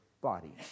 body